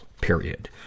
period